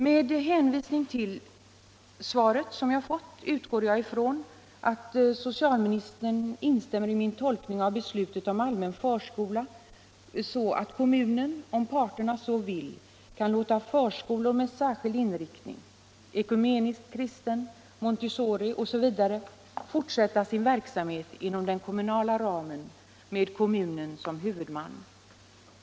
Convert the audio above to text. Med hänvisning till det svar som jag fått utgår jag ifrån att socialministern instämmer i min tolkning av beslutet om allmän förskola, nämligen att kommunen, om parterna så vill, kan låta förskolor med särskild inriktning — ekumeniskt kristna skolor, Montessoriskolor osv. —- fortsätta sin verksamhet inom den kommunala ramen med kommunen som huvudman.